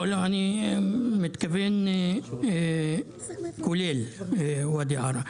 אני מתכוון כולל את ואדי ערה.